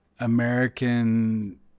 American